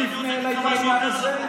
מי שיפנה אליי בעניין הזה,